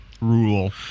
rule